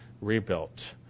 Rebuilt